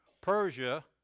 Persia